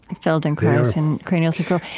feldenkrais and craniosacral.